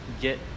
get